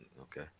Okay